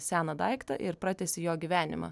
seną daiktą ir pratęsi jo gyvenimą